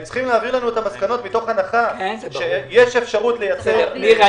הם צריכים להעביר לנו את המסקנות מתוך הנחה שיש אפשרות לייצר --- ניר,